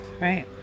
right